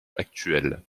actuelle